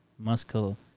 Muscle